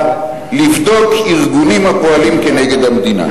לבדוק ארגונים הפועלים כנגד המדינה,